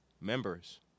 members